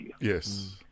Yes